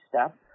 step